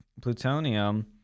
plutonium